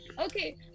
Okay